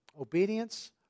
Obedience